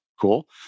cool